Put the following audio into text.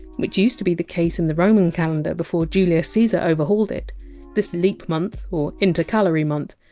which used to be the case in the roman calendar before julius caesar overhauled it this leap month, or intercalary month,